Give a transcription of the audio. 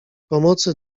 pomocy